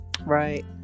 right